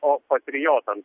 o patriotams